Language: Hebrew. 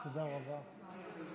אנחנו כן,